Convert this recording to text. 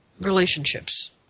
relationships